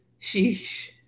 Sheesh